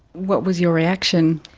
what was your reaction?